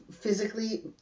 physically